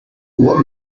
what